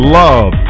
love